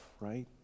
right